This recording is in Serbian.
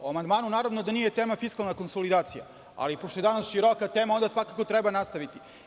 Po amandmanu, naravno da nije tema fiskalna konsolidacija, ali pošto je danas široka tema, onda svakako treba nastaviti.